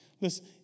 Listen